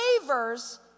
favors